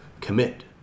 commit